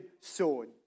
sword